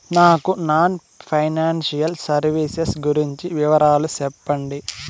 నాకు non financial services గురించి వివరాలు సెప్పండి?